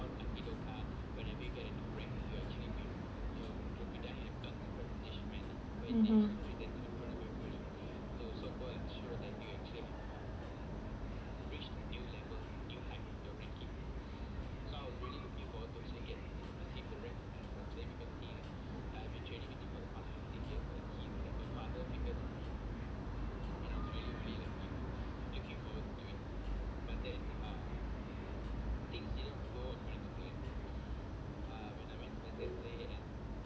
(uh huh)